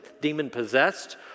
demon-possessed